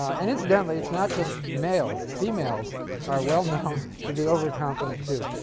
and incidentally, it's not just males females are well-known to be overconfident too.